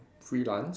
freelance